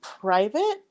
private